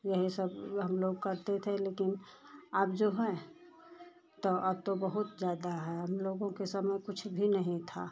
यही सब हम लोग करते थे लेकिन अब जो हैं तो अब तो बहुत ज़्यादा है हम लोगों के समय कुछ भी नहीं था